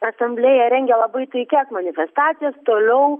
asamblėja rengia labai taikias manifestacijas toliau